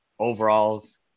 Overalls